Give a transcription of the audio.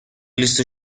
لیست